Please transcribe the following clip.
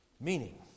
meaning